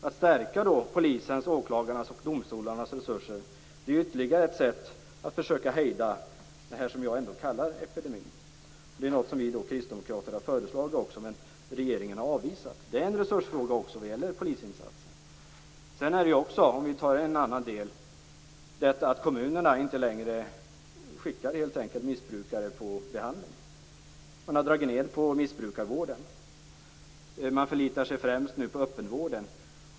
Att stärka polisens, åklagarnas och domstolarnas resurser är ytterligare ett sätt att försöka hejda det som jag ändå kallar epidemi. Det är något som vi kristdemokrater har föreslagit, men som regeringen har avvisat. Det är en resursfråga också vad gäller polisinsatserna. En annan sak är att kommunerna inte längre skickar missbrukare på behandling. Man har dragit ned på missbrukarvården. Man förlitar sig främst på öppenvården.